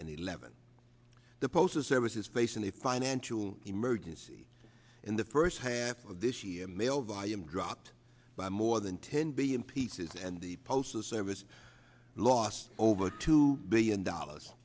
and eleven the postal service is facing a financial emergency in the first half of this year mail volume dropped by more than ten billion pieces and the postal service lost over two billion dollars